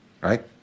Right